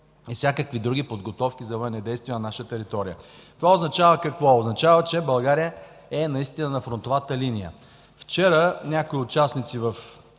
и всякакви други подготовки за военни действия на наша територия. Това означава какво – че България наистина е на фронтовата линия. Вчера някои участници в